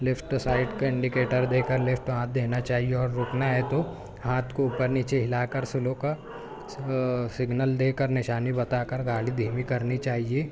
lift side کا indicator دے کر لفٹ ہاتھ دینا چاہیے اور روکنا ہے تو ہاتھ کو اوپر نیچے ہلا کر سلو کا سگنل دے کر نشانی بتا کر گاڑی دھیمی کرنی چاہیے